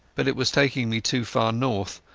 but it was taking me too far north,